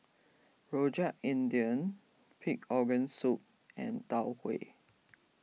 Rojak India Pig Organ Soup and Tau Huay